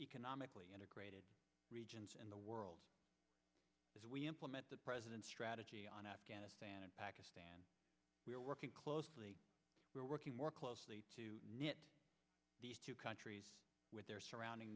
economically integrated regions in the world as we implement the president's strategy on afghanistan and pakistan we are working closely we're working more closely to these two countries with their surrounding